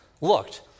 looked